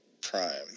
Prime